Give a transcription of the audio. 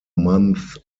month